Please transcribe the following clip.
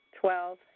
Twelve